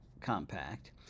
compact